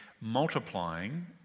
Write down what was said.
multiplying